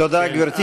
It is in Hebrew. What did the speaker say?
תודה, גברתי.